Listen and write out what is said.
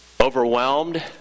overwhelmed